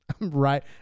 Right